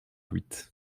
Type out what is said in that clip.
huit